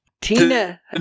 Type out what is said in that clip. Tina